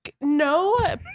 no